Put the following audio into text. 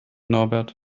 norbert